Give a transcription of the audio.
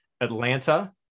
atlanta